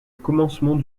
commencement